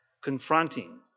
confronting